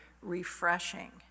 refreshing